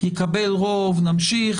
יקבל רוב נמשיך